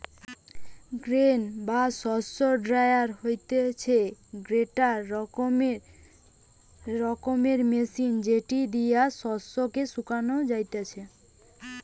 grain বা শস্য dryer হতিছে গটে রকমের মেশিন যেটি দিয়া শস্য কে শোকানো যাতিছে